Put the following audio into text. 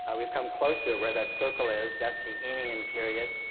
and we've come close to it, where that circle is. that's the eemian period,